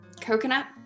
coconut